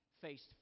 faced